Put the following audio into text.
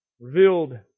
Revealed